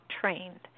trained